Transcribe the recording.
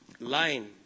line